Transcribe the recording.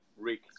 Rick